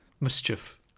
Mischief